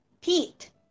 Pete